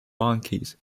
monkeys